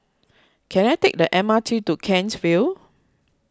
can I take the M R T to Kent's Vale